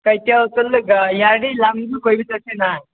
ꯀꯩꯊꯦꯜ ꯆꯠꯂꯒ ꯌꯥꯔꯗꯤ ꯂꯝꯁꯨ ꯀꯣꯏꯕ ꯆꯠꯁꯦꯅ